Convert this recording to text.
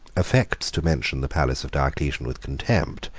affects to mention the palace of diocletian with contempt,